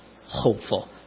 hopeful